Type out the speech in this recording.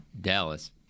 Dallas